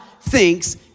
thinks